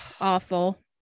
Awful